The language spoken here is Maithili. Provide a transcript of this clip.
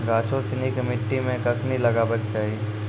गाछो सिनी के मट्टी मे कखनी लगाबै के चाहि?